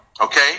okay